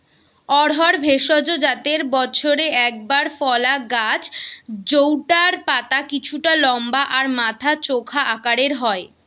অড়হর ভেষজ জাতের বছরে একবার ফলা গাছ জউটার পাতা কিছুটা লম্বা আর মাথা চোখা আকারের হয়